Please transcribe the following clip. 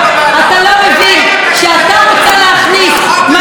אתה לא מבין בכלל את ההסדר.